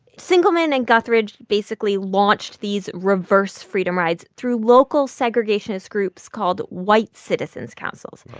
singelmann and guthridge basically launched these reverse freedom rides through local segregationist groups called white citizens' councils.